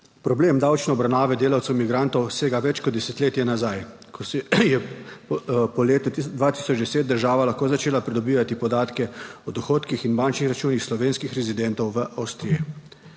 Problem davčne obravnave delavcev migrantov sega več kot desetletje nazaj, ko se je po letu 2010 država lahko začela pridobivati podatke o dohodkih in bančnih računih slovenskih rezidentov v Avstriji.